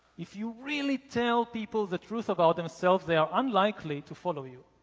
if you really tell people the truth about themselves, they are unlikely to follow you.